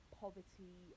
poverty